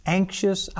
anxious